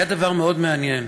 היה דבר מאוד מעניין: